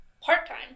Part-time